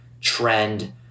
trend